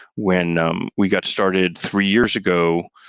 when um we got started three years ago,